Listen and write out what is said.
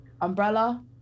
Umbrella